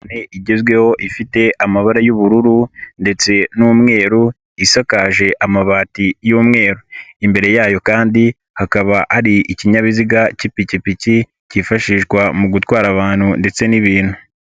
Igezweho ifite amabara y'ubururu ndetse n'umweru isakaje amabati y'umweru. Imbere yayo kandi hakaba ari ikinyabiziga k'ipikipiki kifashishwa mu gutwara abantu ndetse n'ibintu.